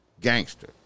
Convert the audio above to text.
Gangster